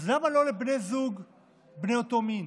אז למה לא לבני זוג בני אותו מין?